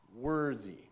worthy